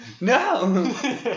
No